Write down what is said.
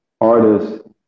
artists